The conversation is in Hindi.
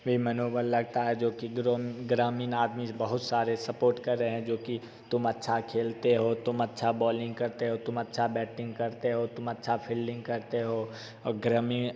भी मनोबल लगता है जो कि ग्रोन ग्रामीण आदमी बहुत सारे सपोर्ट कर रहें है जो कि तुम अच्छा खेलते हो तुम अच्छा बॉलिंग करते हो तुम अच्छा बैटिंग करते हो तुम अच्छा फील्डिंग करते हो अ ग्रामीण